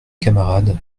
camarade